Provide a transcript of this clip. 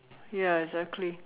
ya exactly